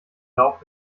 rauch